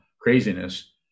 craziness